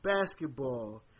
basketball